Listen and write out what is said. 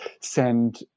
send